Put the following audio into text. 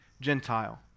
Gentile